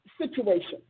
situation